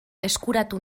eskuratu